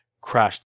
crashed